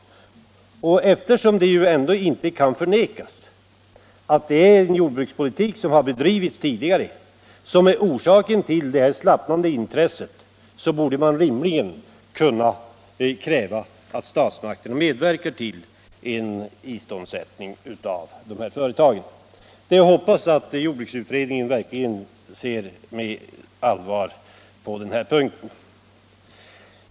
Och eftersom det inte kan förnekas att den jordbrukspolitik som tidigare bedrivits har varit orsaken till detta slappnande intresse menar jag att det borde vara rimligt att kräva att statsmakterna medverkar till en iståndsättning av dessa företag. Jag hoppas därför att jordbruksutredningen verkligen tar den här saken på allvar.